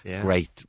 great